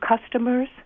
customers